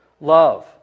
love